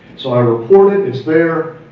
so i reported, it's there.